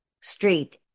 street